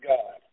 God